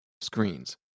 screens